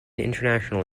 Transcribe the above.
international